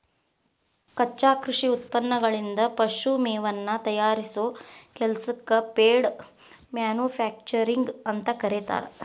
ಕಚ್ಚಾ ಕೃಷಿ ಉತ್ಪನ್ನಗಳಿಂದ ಪಶು ಮೇವನ್ನ ತಯಾರಿಸೋ ಕೆಲಸಕ್ಕ ಫೇಡ್ ಮ್ಯಾನುಫ್ಯಾಕ್ಚರಿಂಗ್ ಅಂತ ಕರೇತಾರ